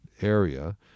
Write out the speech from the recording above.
area